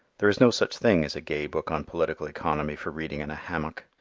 there is no such thing as a gay book on political economy for reading in a hammock.